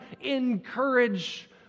encourage